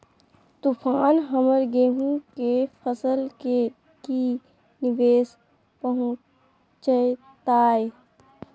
तूफान हमर गेंहू के फसल के की निवेस पहुचैताय?